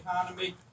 economy